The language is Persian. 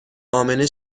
امنه